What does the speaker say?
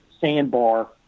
sandbar